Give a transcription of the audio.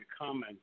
comment